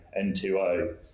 N2O